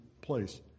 place